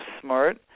SMART